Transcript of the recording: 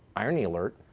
irony alert.